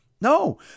No